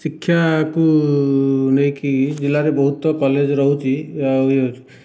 ଶିକ୍ଷାକୁ ନେଇକି ଜିଲ୍ଲାରେ ବହୁତ କଲେଜ ରହୁଛି ଆଉ